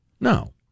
no